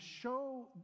show